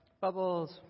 Bubbles